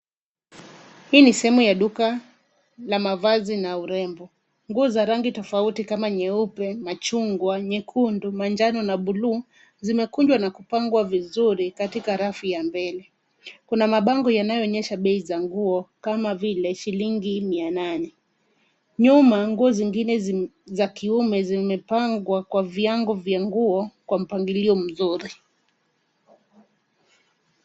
Hii ni sehemu ya duka la mavazi na urembo. Nguo za rangi tofauti kama nyeupe, machungwa, nyekundu manjano na bluu zimekunjwa na kupangwa vizuri katika rafu ya mbele. Kuna mabango yanayoonyesha bei za nguo kama vile shilingi mia nane. Nyuma, nguo zingine za kiume zimepangwa kwa viwango vya nguo kwa mpangilio mzuri.